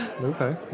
Okay